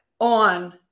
on